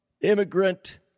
immigrant